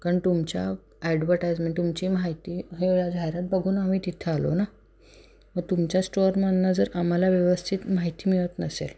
कारण तुमच्या ॲडवटाईजमेंट तुमची माहिती हे जाहिरात बघून आम्ही तिथं आलो ना मग तुमच्या स्टोअरमधनं जर आम्हाला व्यवस्थित माहिती मिळत नसेल